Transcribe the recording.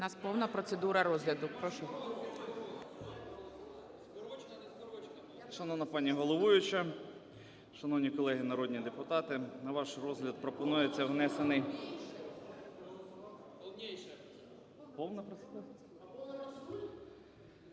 У нас повна процедура розгляду, прошу.